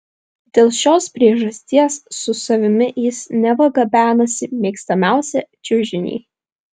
dėl šios priežasties su savimi jis neva gabenasi mėgstamiausią čiužinį